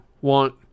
want